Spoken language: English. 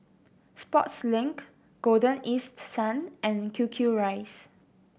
Sportslink Golden East Sun and Q Q Rice